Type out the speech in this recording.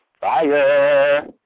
fire